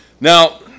Now